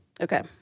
Okay